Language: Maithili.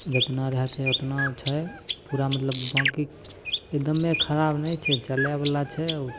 जतना रहऽके चाही ओतना छै पूरा मतलब बाँकी एगदमे खराब नहि छै चले बला छै